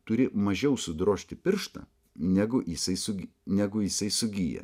turi mažiau sudrožti pirštą negu jisai sugy jisai sugyja